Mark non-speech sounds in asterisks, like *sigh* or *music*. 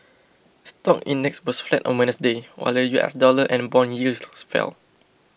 stock index was flat on Wednesday while the U S dollar and bond yields *unintelligible* fell